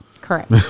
Correct